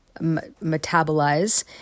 metabolize